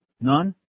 None